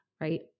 right